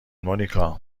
مونیکا